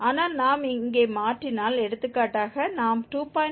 ஆனால் நாம் இங்கே மாற்றினால் எடுத்துக்காட்டாக நாம் 2